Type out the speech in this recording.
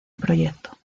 proyecto